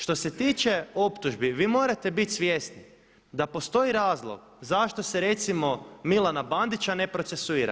Što se tiče optužbi, vi morate biti svjesni da postoji razlog zašto se recimo Milana Bandića ne procesuira.